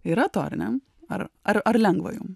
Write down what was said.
yra to ar ne ar ar ar lengva jum